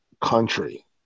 country